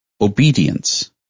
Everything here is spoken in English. Obedience